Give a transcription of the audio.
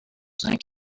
thank